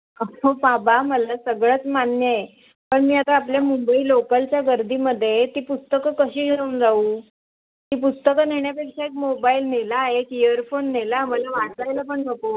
अ हो बाबा मला सगळंच मान्य आहे पण न मी आता आपल्या मुंबई लोकलच्या गर्दीमध्ये ती पुस्तकं कशी घेऊन जाऊ ती पुस्तकं नेण्यापेक्षा एक मोबाईल नेला एक ईयरफोन नेला मला वाचायला पण नको